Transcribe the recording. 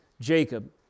Jacob